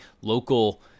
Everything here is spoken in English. local